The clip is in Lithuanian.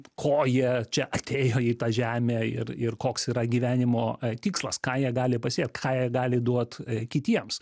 ko jie čia atėjo į tą žemę ir ir koks yra gyvenimo tikslas ką jie gali pasiekt ką jie gali duot kitiems